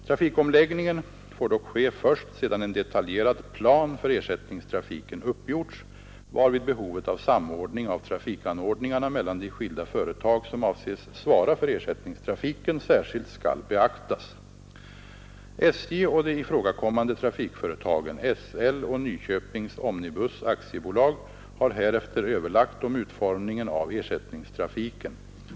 Trafikomläggningen får dock ske först sedan en detaljerad plan för ersättningstrafiken uppgjorts, varvid behovet av samordning av trafikanordningarna mellan de skilda företag, som avses svara för ersättningstrafiken, särskilt skall beaktas. SJ och de ifrågakommande trafikföretagen SL och Nyköpings Omnibus AB har härefter överlagt om utformningen av ersättningstrafiken.